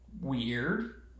weird